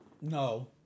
No